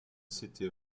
city